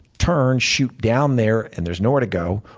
turn, shoot down there, and there's nowhere to go,